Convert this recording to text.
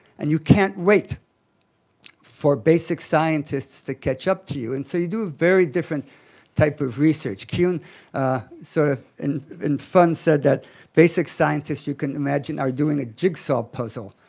and you can't wait for basic scientists to catch up to you and so you do a very different type of research. kuhn sort of in in fun said that basic scientists you can imagine are doing a jigsaw puzzle,